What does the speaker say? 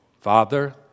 Father